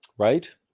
right